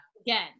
Again